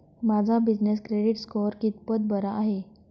माझा business credit score कितपत बरा आहे?